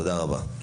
תודה רבה.